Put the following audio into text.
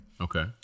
Okay